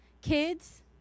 Kids